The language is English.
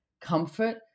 comfort